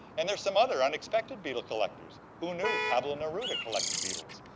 and there are some other unexpected beetle collectors. who knew pablo neruda collected beetles?